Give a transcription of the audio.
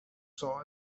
saw